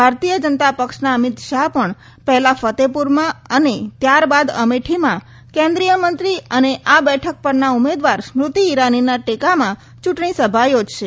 ભારતીય જનતા પક્ષના અમિત શાહ પણ પહેલા કતેપુરમાં અને ત્યારબાદ અમેઠીમાં કેન્દ્રીય મંત્રી અને આ બેઠક પરના ઉમેદવાર સ્મ્રતિ ઈરાનીના ટેકામાં ચુંટણી સભા યોજશે